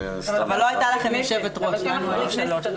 אבל לא הייתה לכם יושבת-ראש, לנו היו שלוש.